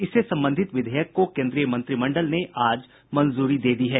इससे संबंधित विधेयक को केन्द्रीय मंत्रिमंडल ने आज मंजूरी दे दी है